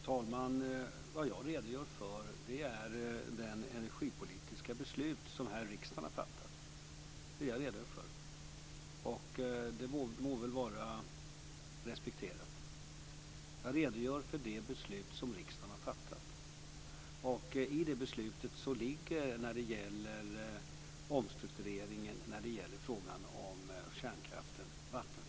Fru talman! Jag redogör för det energipolitiska beslut som riksdagen har fattat. Det må väl vara respekterat. Jag redogör för det beslut som riksdagen har fattat. När det gäller omstruktureringen och frågan om kärnkraften ligger Vattenfall som en del av det beslutet.